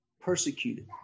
persecuted